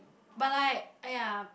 but like !aiya!